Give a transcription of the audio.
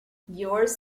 yours